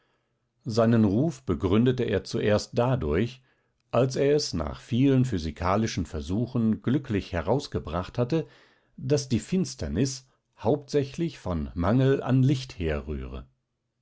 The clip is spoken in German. seinen ruf begründete er zuerst dadurch als er es nach vielen physikalischen versuchen glücklich herausgebracht hatte daß die finsternis hauptsächlich von mangel an licht herrühre